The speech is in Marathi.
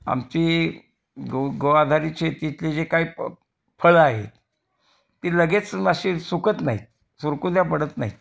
आमची ग गो आधारीत शेतीतले जे काही प फळं आहेत ती लगेच अशी सुकत नाही आहेत सुरकुत्या पडत नाही आहेत